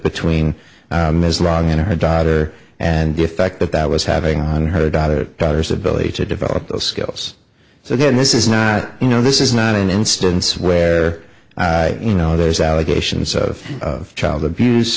between ms long and her daughter and the effect that that was having on her daughter daughter's ability to develop those skills so then this is not you know this is not an instance where you know there's allegations of child abuse